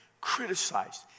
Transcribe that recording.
criticized